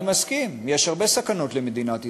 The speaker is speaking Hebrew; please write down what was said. אני מסכים, יש הרבה סכנות למדינת ישראל.